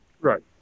right